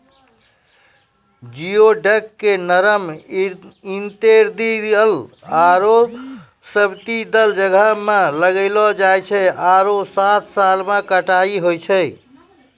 geoduck के नरम intertidal आरो सब्तिदल जग्हो में लगैलो जाय छै आरो सात साल में कटाई होय छै